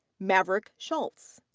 maverick schultz.